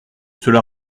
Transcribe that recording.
cela